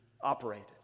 operated